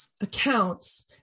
accounts